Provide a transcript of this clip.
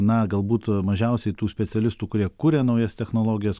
na galbūt mažiausiai tų specialistų kurie kuria naujas technologijas